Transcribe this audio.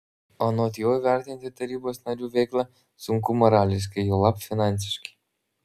anot jo įvertinti tarybos narių veiklą sunku morališkai juolab finansiškai